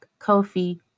Kofi